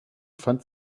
fand